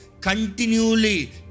continually